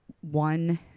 one